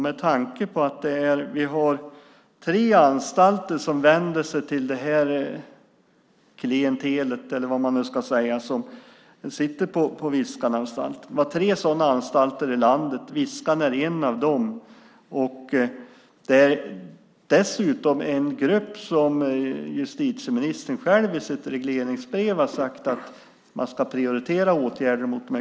Viskan är en av tre anstalter i landet som vänder sig till det klientel som nu sitter på Viskananstalten, och det är dessutom en grupp som justitieministern själv i sitt regleringsbrev har sagt att man ska prioritera åtgärder för.